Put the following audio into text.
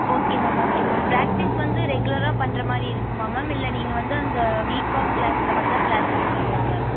okay ma'am okay ma'am practice வந்து ரெகுலராக பண்ணுற மாதிரி இருக்குமா மேம் இல்லை நீங்கள் வந்து அந்த வீக்ஆஃப் கிளாஸில் மட்டும் தான் கிளாஸ் எடுப்பீங்களா மேம்